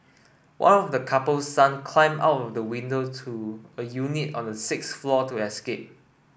one of the couple's son climbed out of the window to a unit on the sixth floor to escape